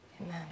amen